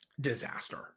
disaster